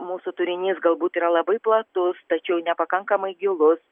mūsų turinys galbūt yra labai platus tačiau nepakankamai gilus